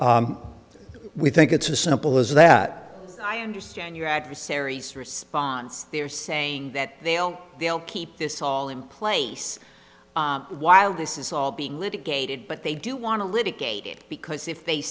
we think it's a simple as that i understand your adversary's response they're saying that they'll they'll keep this all in place while this is all being litigated but they do want to litigate it because if they